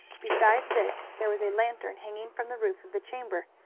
besides this there was a lantern hanging from the roof of the chamber,